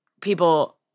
people